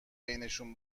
بینشون